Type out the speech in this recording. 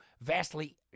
vastly